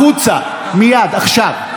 החוצה, מייד, עכשיו.